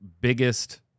biggest